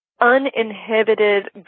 uninhibited